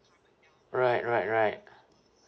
right right right